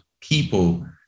people